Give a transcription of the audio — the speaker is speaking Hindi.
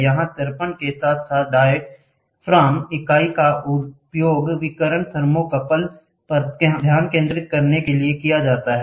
यहाँ दर्पण के साथ साथ डायाफ्राम इकाई का उपयोग विकिरण थर्मोकपल पर ध्यान केंद्रित करने के लिए किया जाता है